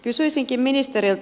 kysyisinkin ministeriltä